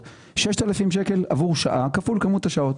6,000 שקל עבור שעה כפול כמות השעות.